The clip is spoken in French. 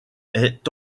est